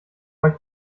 euch